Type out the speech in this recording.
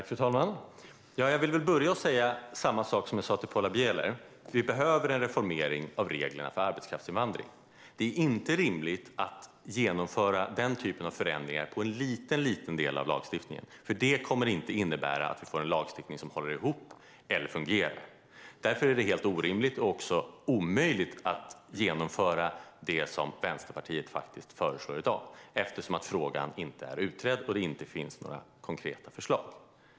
Fru talman! Jag vill börja med att säga samma sak som jag sa till Paula Bieler: Vi behöver en reformering av reglerna för arbetskraftsinvandring. Det är inte rimligt att genomföra den typen av förändringar i en liten del av lagstiftningen, för det kommer inte att innebära att vi får en lagstiftning som håller ihop och fungerar. Därför är det helt orimligt och omöjligt att genomföra det som Vänsterpartiet föreslår i dag, eftersom frågan inte är utredd och det inte finns några konkreta förslag.